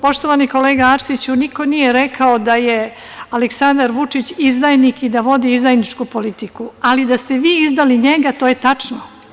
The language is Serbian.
Poštovani kolega Arsiću, niko nije rekao da je Aleksandar Vučić izdajnik i da vodi izdajničku politiku, ali da ste vi izdali njega, to je tačno.